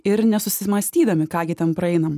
ir nesusimąstydami ką gi ten praeinam